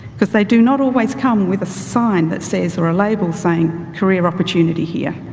because they do not always come with a sign that says or a label saying career opportunity here.